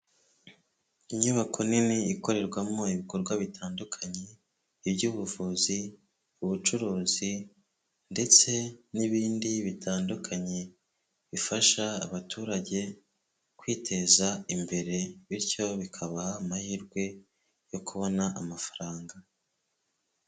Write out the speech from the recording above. Inyubako nini ikorerwamo ibikorwa bitandukanye, iby'ubuvuzi, ubucuruzi ndetse n'ibindi bitandukanye, bifasha abaturage kwiteza imbere bityo bikabaha amahirwe yo kubona amafaranga.